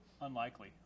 Unlikely